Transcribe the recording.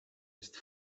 ist